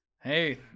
Hey